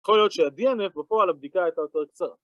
יכול להיות שה-DNF בפועל הבדיקה הייתה יותר קצרה